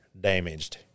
damaged